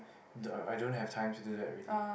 the I don't have time to do that already